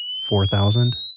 four thousand.